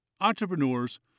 entrepreneurs